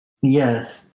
Yes